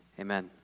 amen